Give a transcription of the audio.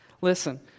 Listen